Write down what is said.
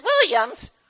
Williams